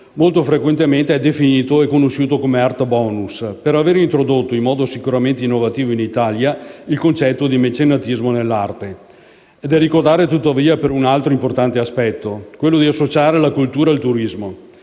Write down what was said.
molto frequentemente è definito e conosciuto come *art bonus* per aver introdotto, in modo sicuramente innovativo in Italia, il concetto di mecenatismo nell'arte. Esso è da ricordare tuttavia per un altro importante aspetto, quello di associare la cultura al turismo.